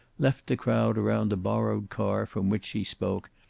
left the crowd around the borrowed car from which she spoke,